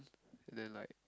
then like